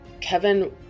Kevin